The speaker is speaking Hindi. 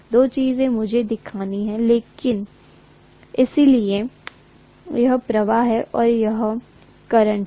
दो चीजें मुझे दिखानी हैं इसलिए यह प्रवाह है और यह करंट है